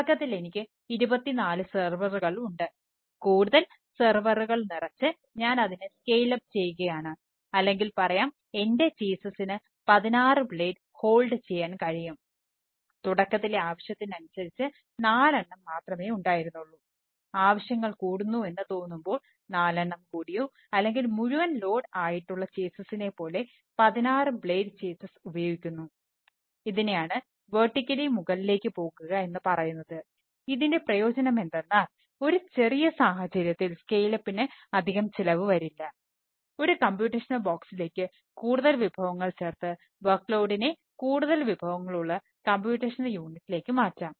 തുടക്കത്തിൽ എനിക്ക് 24 സെർവറുകൾ മാറ്റാം